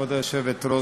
כבוד היושבת-ראש,